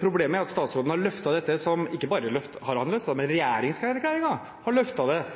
Problemet er at statsråden har løftet dette – og ikke bare han har løftet det, men regjeringserklæringen har løftet det – som et stort og viktig tiltak mot mobbing. Djupedal-utvalget beskriver overhodet ikke dette som